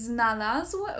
Znalazł